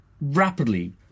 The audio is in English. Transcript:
rapidly